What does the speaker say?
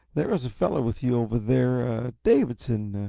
there was a fellow with you over there davidson.